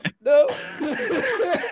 No